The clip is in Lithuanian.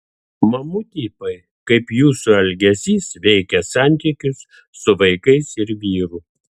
mamų tipai kaip jūsų elgesys veikia santykius su vaikais ir vyru